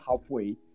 halfway